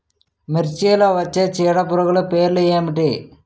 మిర్చిలో వచ్చే చీడపురుగులు పేర్లు ఏమిటి?